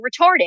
retarded